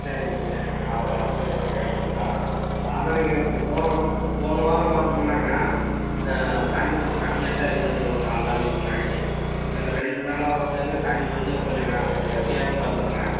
சரிங்க சரிங்க அது அதற்கொசரம் கேட்டிங்களா அதானுங்க இப்போ போன வாரம் போன வாரம் பார்த்தமுன்னாங்க தண்ணி கொஞ்சம் கம்மியாகதான் இருந்ததுங்க ஒரு நாலு நாளைக்கு முன்னாடி இப்போ இந்த ரெண்டு நாளாக வந்ததே தண்ணி வந்து கொஞ்சம் நெ கொஞ்சம் வசதியாகவும் வருதுங்க